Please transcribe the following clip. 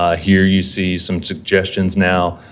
ah here, you see some suggestions, now,